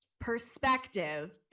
perspective